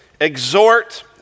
exhort